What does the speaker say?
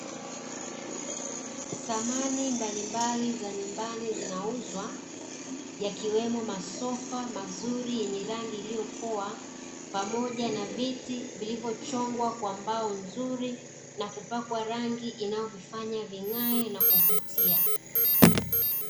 Samani mbalimbali za nyumbani zinauzwa, yakiwemo masofa mazuri yenye rangi iliyo; Poa pamoja na viti vilivyo chongwa kwa mbao nzuri nakupakwa rangi inayo vifanya ving'ae na kuvutia.